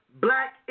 black